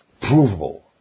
provable